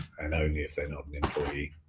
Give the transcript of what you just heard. and only if they're not an employee.